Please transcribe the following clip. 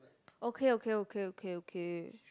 okay okay okay okay okay